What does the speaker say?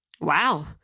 Wow